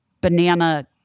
banana